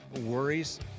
worries